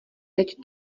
teď